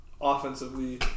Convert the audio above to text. Offensively